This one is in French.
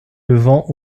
levant